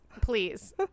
please